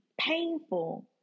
painful